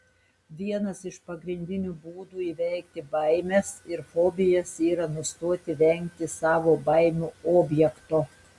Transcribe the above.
vienas iš pagrindinių būdų įveikti baimes ir fobijas yra nustoti vengti savo baimių objekto